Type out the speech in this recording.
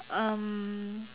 um